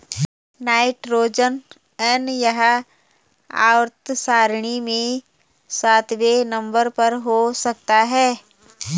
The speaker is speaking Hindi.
नाइट्रोजन एन यह आवर्त सारणी में सातवें नंबर पर हो सकता है